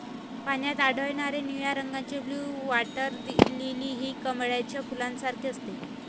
पाण्यात आढळणारे निळ्या रंगाचे ब्लू वॉटर लिली हे कमळाच्या फुलासारखे असते